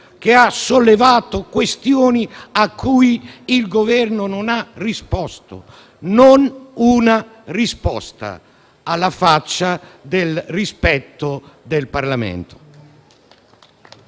che ha sollevato questioni cui il Governo non ha risposto: non una risposta. Alla faccia del rispetto del Parlamento!